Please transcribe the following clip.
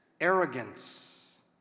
arrogance